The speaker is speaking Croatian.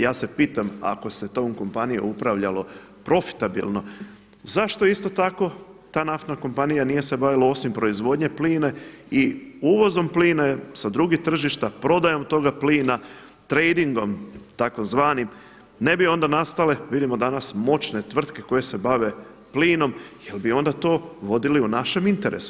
Ja se pitam, ako se tom kompanijom upravljalo profitabilno zašto isto tako ta naftna kompanija nije se bavila osim proizvodnjom plina i uvozom plina sa drugih tržišta, prodajom toga plina, tradeingom tzv., ne bi onda nastale, vidimo danas, moćne tvrtke koje se bave plinom jer bi onda to vodili u našem interesu.